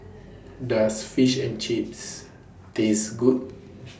Does Fish and Chips Taste Good